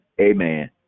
amen